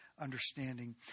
Understanding